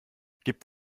gibt